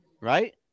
Right